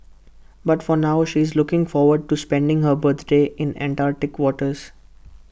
but for now she is looking forward to spending her birthday in Antarctic waters